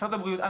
כבר עבר התאריך,